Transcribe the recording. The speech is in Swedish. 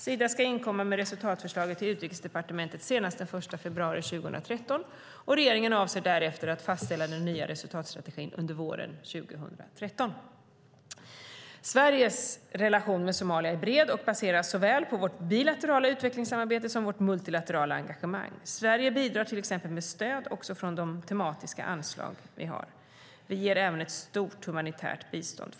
Sida ska inkomma med resultatförslaget till Utrikesdepartementet senast den 1 februari 2013, och regeringen avser därefter att fastställa den nya resultatstrategin under våren 2013. Sveriges relation med Somalia är bred och baseras såväl på vårt bilaterala utvecklingssamarbete som vårt multilaterala engagemang. Sverige bidrar till exempel med stöd också från de tematiska anslag som vi har. Vi ger även ett stort humanitärt bistånd.